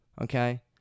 Okay